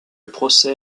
procès